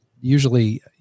usually